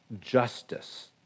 justice